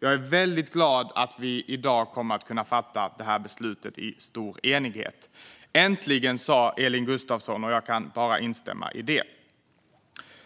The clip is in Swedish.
Jag är väldigt glad att vi i dag kommer att kunna fatta det här beslutet i stor enighet. Äntligen! sa Elin Gustafsson. Jag kan bara instämma.